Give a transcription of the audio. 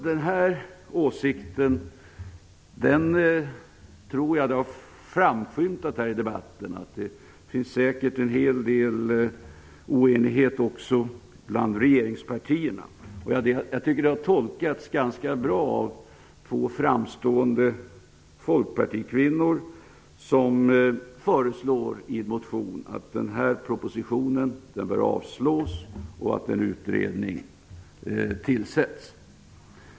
Det här förslaget, det tror jag har framskymtat här i debatten, finns det säkert en hel del oenighet om också bland regeringspartierna. Jag tycker att det har tolkats ganska bra av två framstående folkpartikvinnor som i en motion föreslår att den här propositionen bör avslås och att en utredning tillsätts.